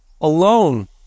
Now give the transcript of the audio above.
alone